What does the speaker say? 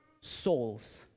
souls